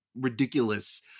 ridiculous